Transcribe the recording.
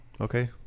Okay